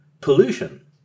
pollution